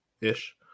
ish